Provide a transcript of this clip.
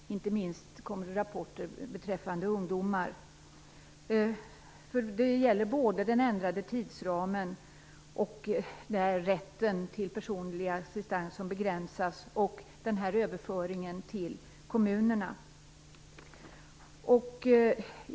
Inte minst kommer det rapporter beträffande ungdomar. Det gäller den ändrade tidsramen, rätten till personlig assistans som begränsas och överföringen till kommunerna.